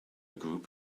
group